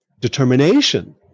determination